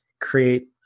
create